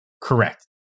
Correct